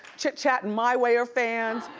chit chat and my way are fans.